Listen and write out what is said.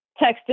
texted